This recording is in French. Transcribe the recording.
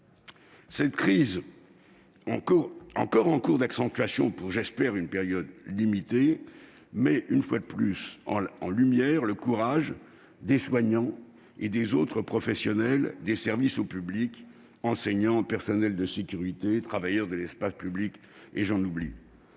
Cette crise, encore en cours d'accentuation pour une période que j'espère limitée, met une fois de plus en lumière le courage des soignants et des autres professionnels des services au public : enseignants, personnels de sécurité, travailleurs de l'espace public, et j'en oublie.